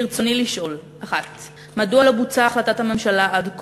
ברצוני לשאול: 1. מדוע לא בוצעה החלטת הממשלה עד כה?